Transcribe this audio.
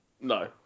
No